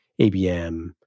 ABM